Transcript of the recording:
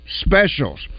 specials